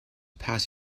pass